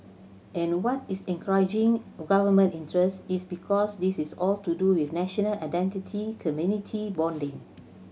and what is encouraging Government interest is because this is all to do with national identity community bonding